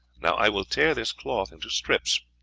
now i will tear this cloth into strips.